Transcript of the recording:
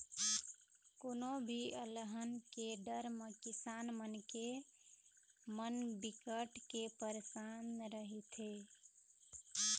कोनो भी अलहन के डर म किसान मनखे मन बिकट के परसान रहिथे